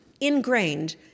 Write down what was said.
ingrained